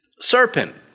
serpent